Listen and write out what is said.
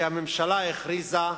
שהממשלה הכריזה,